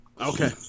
Okay